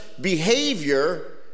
behavior